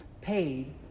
paid